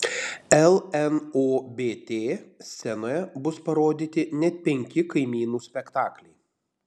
lnobt scenoje bus parodyti net penki kaimynų spektakliai